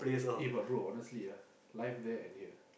eh but bro honestly ah life there and here